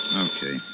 Okay